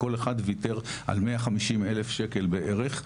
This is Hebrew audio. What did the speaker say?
כל אחד וויתר על 150 אלף שקל בערך,